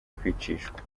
kwicishwa